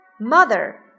Mother